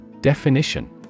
definition